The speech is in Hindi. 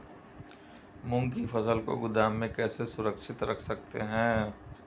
मूंग की फसल को गोदाम में कैसे सुरक्षित रख सकते हैं?